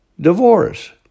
divorce